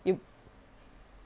you